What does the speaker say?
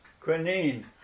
quinine